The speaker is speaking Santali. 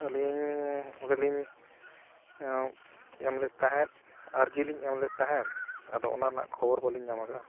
ᱟᱹᱞᱤᱧ ᱚᱸᱰᱮ ᱞᱤᱧ ᱮᱢ ᱞᱮᱫ ᱛᱟᱦᱮᱸᱫ ᱟᱨᱡᱤᱞᱤᱧ ᱮᱢ ᱞᱮᱫ ᱛᱟᱦᱮᱸᱫ ᱟᱫᱚ ᱚᱱᱟ ᱨᱮᱱᱟᱜ ᱠᱷᱚᱵᱚᱨ ᱵᱟᱹᱞᱤᱧ ᱧᱟᱢ ᱠᱟᱜᱼᱟ